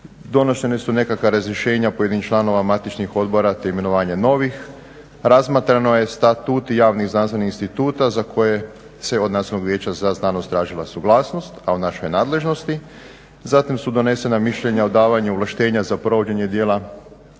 Donošena su nekakva razrješenja pojedinih članova matičnih odbora, te imenovanje novih. Razmatrano je statuti javnih znanstvenih instituta za koje se od Nacionalnog vijeća za znanost tražila suglasnost a u našoj je nadležnosti. Zatim su donesena mišljenja o davanju ovlaštenja za provođenje dijela